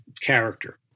character